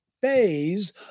phase